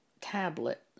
tablet